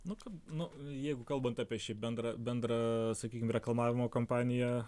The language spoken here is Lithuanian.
nu nu jeigu kalbant apie šiaip bendrą bendrą sakykim reklamavimo kampaniją